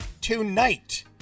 tonight